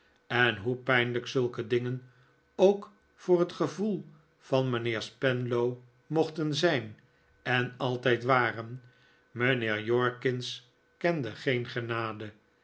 en hoe pijnlijk zulke dingen ook voor het gevoel van mijnheer spenlow mochten zijn en altijd waren mijnheer jorkins kende geen genade